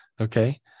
okay